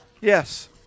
Yes